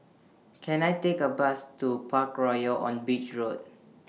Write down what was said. Can I Take A Bus to Parkroyal on Beach Road